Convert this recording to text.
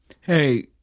Hey